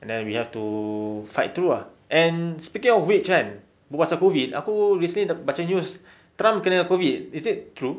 and then we have to fight through ah and speaking of which kan berbual pasal COVID aku recently baca news trump kena COVID is it true